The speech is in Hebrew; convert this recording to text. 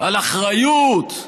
על אחריות,